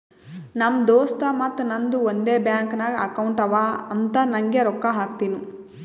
ನಮ್ ದೋಸ್ತ್ ಮತ್ತ ನಂದು ಒಂದೇ ಬ್ಯಾಂಕ್ ನಾಗ್ ಅಕೌಂಟ್ ಅವಾ ಅಂತ್ ನಂಗೆ ರೊಕ್ಕಾ ಹಾಕ್ತಿನೂ